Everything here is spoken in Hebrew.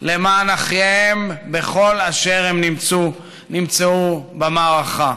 למען אחיהם, בכל אשר הם נמצאו במערכה.